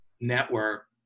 network